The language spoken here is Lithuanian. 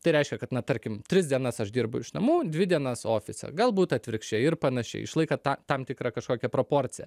tai reiškia kad na tarkim tris dienas aš dirbu iš namų dvi dienas ofise galbūt atvirkščiai ir panašiai išlaikant tą tam tikrą kažkokią proporciją